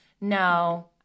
No